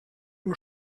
nur